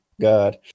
God